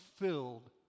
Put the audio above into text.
filled